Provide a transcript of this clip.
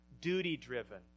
duty-driven